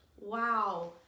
Wow